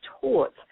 taught